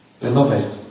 Beloved